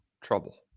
trouble